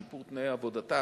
שיפור תנאי עבודתם.